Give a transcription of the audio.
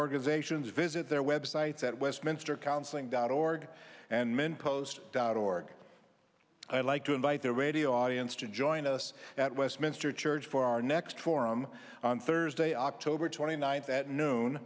organizations visit their websites at westminster counseling dot org and men post dot org i'd like to invite the radio audience to join us at westminster church for our next forum on thursday october twenty ninth at noon